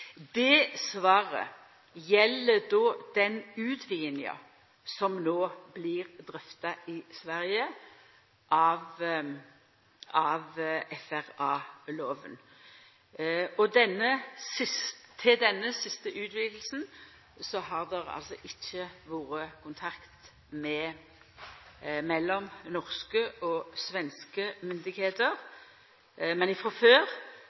Det svaret gjeld den utvidinga som no blir drøfta i Sverige av FRA-lova. Til denne siste utvidinga har det ikkje vore kontakt mellom norske og svenske styresmakter, men frå før